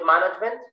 management